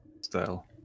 style